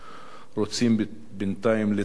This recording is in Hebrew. רוצים בינתיים לטהר,